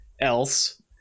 else